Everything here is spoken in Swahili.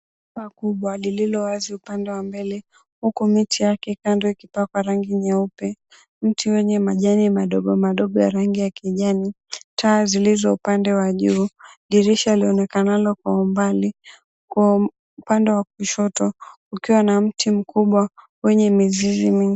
...pakubwa lililo wazi upande wa mbele. Uko miti yake ikipakwa rangi nyeupe. Mti wenye majani madogo madogo ya rangi ya kijani. Taa zilizo upande wa juu. Dirisha lilionekanalo kwa umbali. Kwa upande wa kushoto ukiwa na mti mkubwa wenye mizizi mingi.